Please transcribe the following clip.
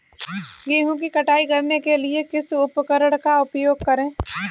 गेहूँ की कटाई करने के लिए किस उपकरण का उपयोग करें?